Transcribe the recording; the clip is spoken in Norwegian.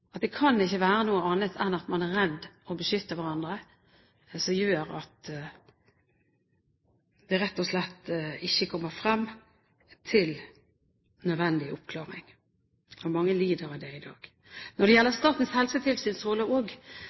at det ikke kan være noe annet enn at man er redd og beskytter hverandre, som gjør at man rett og slett ikke kommer frem til nødvendig oppklaring. Mange lider på grunn av det i dag. Også når det gjelder Statens